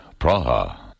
Praha